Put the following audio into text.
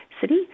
city